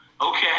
okay